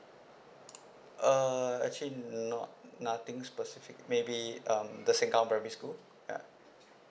uh actually not nothing specific maybe um the sengkang primary school ya